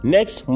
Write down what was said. Next